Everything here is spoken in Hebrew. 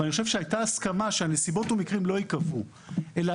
אני חושב שהייתה הסכמה שנסיבות ומקרים לא ייקבעו אלא